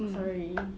sorry